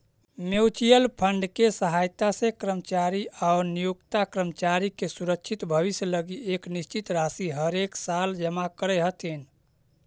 mutual fund के सहायता से कर्मचारी आउ नियोक्ता कर्मचारी के सुरक्षित भविष्य लगी एक निश्चित राशि हरेकसाल जमा करऽ हथिन